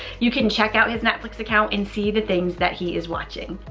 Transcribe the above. you can check out his netflix account and see the things that he is watching.